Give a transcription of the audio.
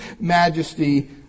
majesty